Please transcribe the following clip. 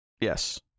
Yes